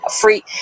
free